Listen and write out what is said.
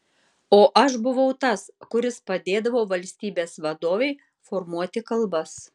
o aš buvau tas kuris padėdavo valstybės vadovei formuoti kalbas